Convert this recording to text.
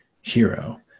hero